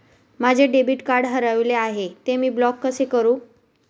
माझे debit card हरविले आहे, ते मी ब्लॉक कसे करु?